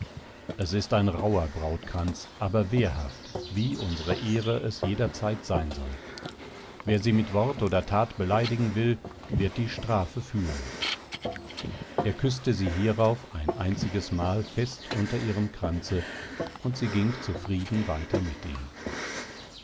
es ist ein rauher brautkranz aber wehrhaft wie unsere ehre es jederzeit sein soll wer sie mit wort oder tat beleidigen will wird die strafe fühlen er küßte sie hierauf ein einziges mal fest unter ihrem kranze und sie ging zufrieden weiter mit ihm